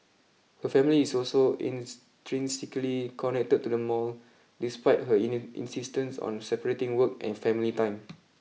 her family is also intrinsically connected to the mall despite her insistence on separating work and family time